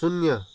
शून्य